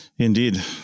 Indeed